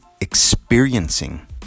experiencing